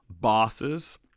bosses